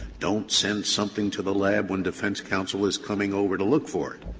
don't send something to the lab when defense counsel is coming over to look for it.